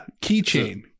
keychain